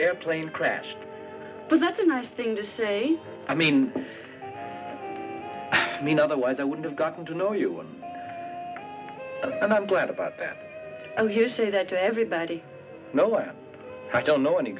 airplane crashed but that's a nice thing to say i mean i mean otherwise i would have gotten to know you and i'm glad about that you say that everybody no i don't know any